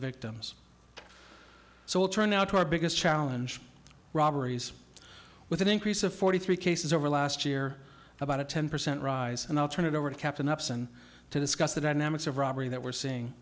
victims so we'll turn now to our biggest challenge robberies with an increase of forty three cases over last year about a ten percent rise and i'll turn it over to captain upson to discuss the dynamics of robbery that we're seeing